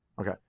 Okay